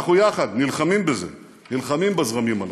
אנחנו יחד נלחמים בזה, נלחמים בזרמים הללו.